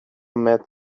met